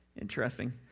interesting